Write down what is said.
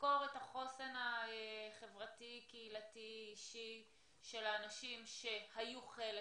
לחקור את החוסן החברתי קהילתי אישי של האנשים שהיו חלק